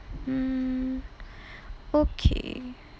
mm okay